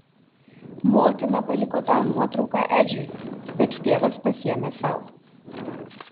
motina paliko tą nuotrauką edžiui bet tėvas pasiėmė sau